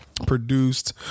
produced